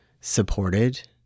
supported